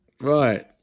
Right